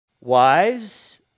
Wives